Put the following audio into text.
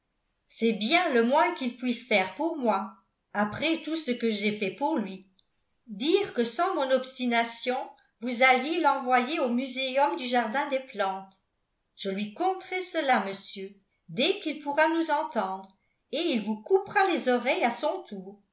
c'est bien le moins qu'il puisse faire pour moi après tout ce que j'ai fait pour lui dire que sans mon obstination vous alliez l'envoyer au muséum du jardin des plantes je lui conterai cela monsieur dès qu'il pourra nous entendre et il vous coupera les oreilles à son tour